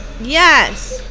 Yes